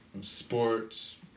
sports